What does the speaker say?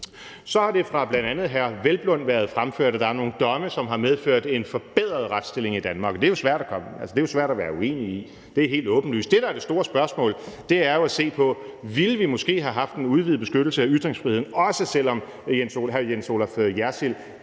Så har det fra bl.a. hr. Peder Hvelplund været fremført, at der er nogle domme, som har medført en forbedret retsstilling i Danmark, og det jo svært at være uenig i; det er helt åbenlyst. Det, der er det store spørgsmål, er jo at se på, om vi måske ville have haft en udvidet beskyttelse af ytringsfriheden, selv om Jens Olaf Jersilds